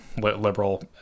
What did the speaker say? Liberal